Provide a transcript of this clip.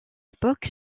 époque